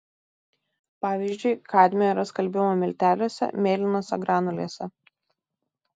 pavyzdžiui kadmio yra skalbimo milteliuose mėlynose granulėse